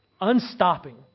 unstopping